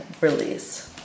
release